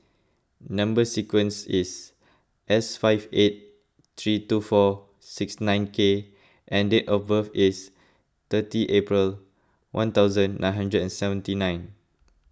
Number Sequence is S five eight three two four six nine K and date of birth is thirty April one thousand nine hundred and seventy nine